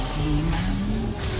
demons